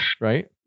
right